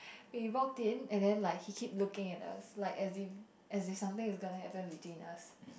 we walked in and then like he keep looking at us like as in as if something is gonna happen between us